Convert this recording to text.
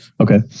Okay